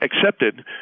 accepted